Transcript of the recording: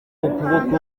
ukuboko